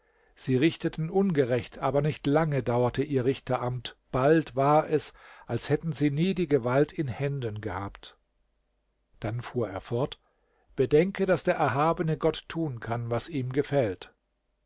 sie richteten ungerecht aber nicht lange dauerte ihr richteramt bald war es als hätten sie nie die gewalt in händen gehabt dann fuhr er fort bedenke daß der erhabene gott tun kann was ihm gefällt